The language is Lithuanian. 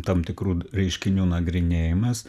tam tikrų reiškinių nagrinėjimas